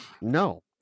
No